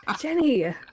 Jenny